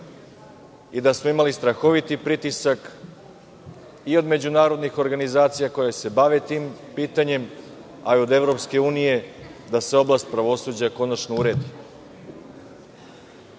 Imali smo strahoviti pritisak i od međunarodnih organizacija koje bave tim pitanjem, a i od EU, da se oblast pravosuđa konačno uredi.